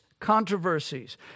Controversies